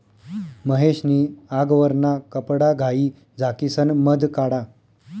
महेश नी आगवरना कपडाघाई झाकिसन मध काढा